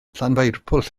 llanfairpwll